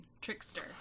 trickster